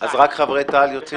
-- רק חברי תע"ל יוצאים?